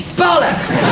bollocks